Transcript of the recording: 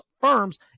firms